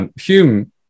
Hume